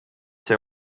see